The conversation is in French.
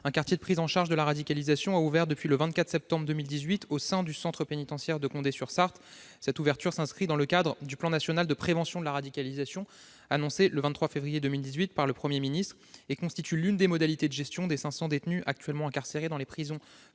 Un quartier de prise en charge de la radicalisation, un QPR, a ouvert le 24 septembre 2018 au sein du centre pénitentiaire de Condé-sur-Sarthe. Cette ouverture s'inscrit dans le cadre du plan national de prévention de la radicalisation annoncé le 23 février 2018 par le Premier ministre et constitue l'une des modalités de gestion des quelque 500 détenus actuellement incarcérés dans les prisons françaises